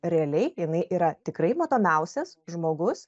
realiai jinai yra tikrai matomiausias žmogus